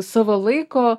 savo laiko